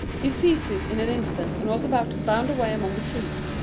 he seized it in an instant, and was about to bound away among the trees,